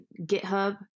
GitHub